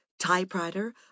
typewriter